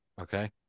Okay